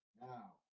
Now